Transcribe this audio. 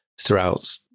throughout